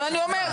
אבל אני אומר,